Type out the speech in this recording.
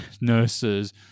nurses